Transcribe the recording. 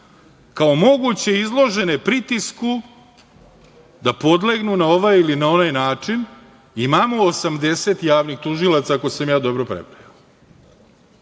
kao moguće izložene pritisku, da podlegnu na ovaj ili onaj način, imamo 80 javnih tužilaca, ako sam ja dobro prebrojao.